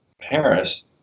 Paris